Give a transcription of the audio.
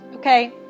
Okay